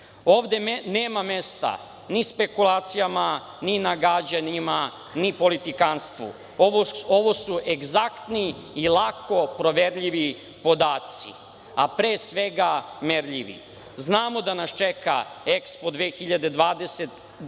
Ovde nema mesta ni špekulacijama, ni nagađanjima, ni politikantstvu, ovo su egzaktni i lako proverljivi podaci, a pre svega merljivi. Znamo da nas čeka EKSPO 2027,